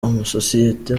amasosiyete